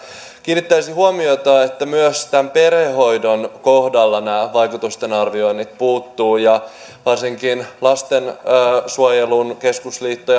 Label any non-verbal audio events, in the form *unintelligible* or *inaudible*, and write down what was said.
kiinnittäisin huomiota siihen että myös tämän perhehoidon kohdalla nämä vaikutusten arvioinnit puuttuvat varsinkin lastensuojelun keskusliitto *unintelligible*